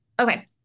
Okay